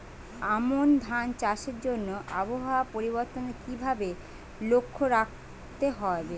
আমন ধান চাষের জন্য আবহাওয়া পরিবর্তনের কিভাবে লক্ষ্য রাখতে হয়?